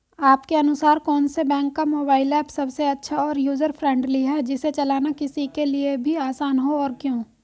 आपके अनुसार कौन से बैंक का मोबाइल ऐप सबसे अच्छा और यूजर फ्रेंडली है जिसे चलाना किसी के लिए भी आसान हो और क्यों?